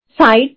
side